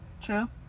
true